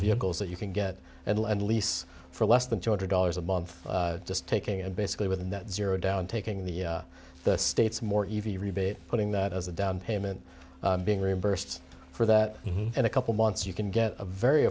vehicles that you can get and lend lease for less than two hundred dollars a month just taking and basically with a net zero down taking the states more easy rebate putting that as a down payment being reimbursed for that in a couple months you can get a very